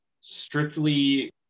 strictly